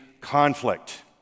conflict